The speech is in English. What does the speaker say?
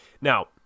Now